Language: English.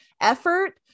effort